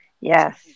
yes